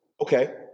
Okay